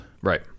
Right